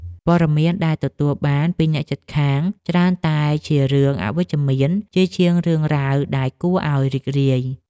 ព័ត៌មានដែលទទួលបានពីអ្នកជិតខាងច្រើនតែជារឿងអវិជ្ជមានជាជាងរឿងរ៉ាវដែលគួរឱ្យរីករាយ។